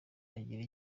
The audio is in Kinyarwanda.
agira